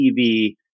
TV